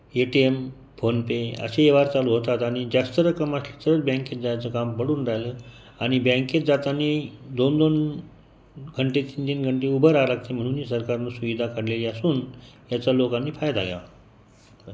ए T M PhonePe असेही वार चालू होतात आणि जास्त रक्कम असली तरच बँकेत जायचं काम पडून राहिलं आणि बँकेत जायचं आणि दोन दोन घंटे तीन तीन घंटे उभं राहावं लागतं म्हणून ही सरकारनं सुविधा काढलेली असून याचा लोकांनी फायदा घ्यावा